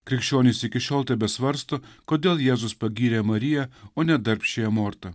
krikščionys iki šiol tebesvarsto kodėl jėzus pagyrė mariją o ne darbščiąją mortą